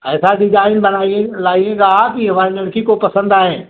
ऐसा डिज़ाईन बनाइए लाइएगा आप कि हमारी लड़की को पसंद आए